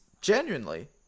genuinely